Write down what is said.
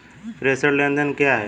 प्रेषण लेनदेन क्या है?